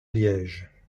liège